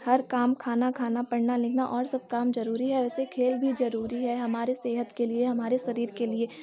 हर काम खाना खाना पढ़ना लिखना और सब काम ज़रूरी है वैसे खेल भी ज़रूरी है हमारे सेहत के लिए हमारे शरीर के लिए